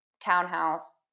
townhouse